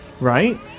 right